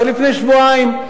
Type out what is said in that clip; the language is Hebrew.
ולפני שבועיים,